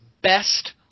best